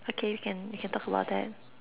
okay we can we can talk about that